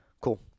Cool